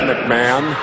McMahon